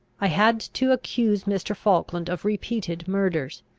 i had to accuse mr. falkland of repeated murders.